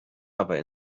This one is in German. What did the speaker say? aber